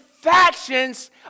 factions